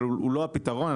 אבל הוא לא הפתרון.